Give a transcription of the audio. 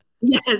Yes